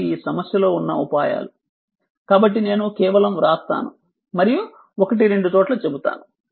ఇవి ఈ సమస్య లో ఉన్న ఉపాయాలు కాబట్టి నేను కేవలం వ్రాస్తాను మరియు ఒకటి రెండు చోట్ల చెబుతాను